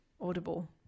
audible